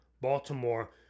Baltimore